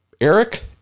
Eric